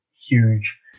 huge